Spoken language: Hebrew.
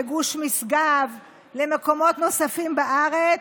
לגוש משגב ולמקומות נוספים בארץ.